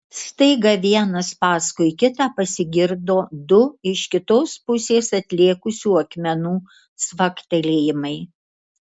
staiga vienas paskui kitą pasigirdo du iš kitos pusės atlėkusių akmenų cvaktelėjimai